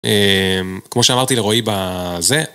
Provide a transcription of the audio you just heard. אהה... כמו שאמרתי לרועי בזה...